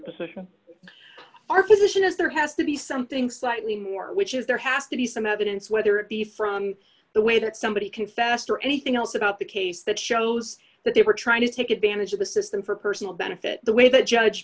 position our position is there has to be something slightly more which is there has to be some evidence whether it be from the way that somebody can fast or anything else about the case that shows that they were trying to take advantage of the system for personal benefit the way that judge